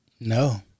No